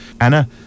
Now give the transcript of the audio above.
Anna